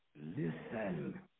listen